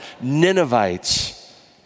Ninevites